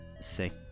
sick